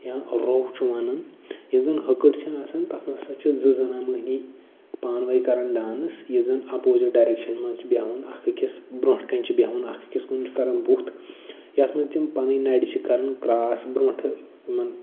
یا روٚف چھُ وَنان یُس زَن ہکٔٹ چھِ آسان تَتھ منٛز ہسا چھِ زٕ زنان مۅہنی پَانہٕ وٲنۍ کَران ڈانَس یُس زَن اَپوزِٹ ڈَاریکشَن منٛز چھُ بیٚہوان اکھ أکِس برٛونٛٹھٕ کَنہِ چھِ بیٚہوان اَکھ أکِس کُن چھِ کَران بُتھ یَتھ منٛز تِم پَنٕنی نَرِ چھِ کَران کرٛاس برٛونٛٹھٕ یِمَن